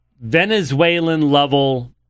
Venezuelan-level